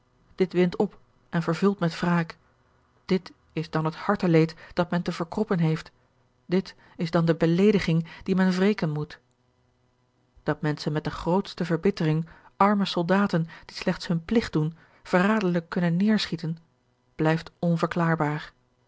dit windt op en vervult met wraak dit is dan het harteleed dat men te verkroppen heeft dit is dan de beleediging die men wreken moet dat menschen met de grootste verbittering arme george een ongeluksvogel soldaten die slechts hun pligt doen verraderlijk kunnen neêrschieten blijft onverklaarbaar